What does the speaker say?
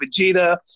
Vegeta